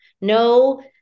No